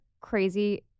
crazy